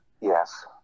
Yes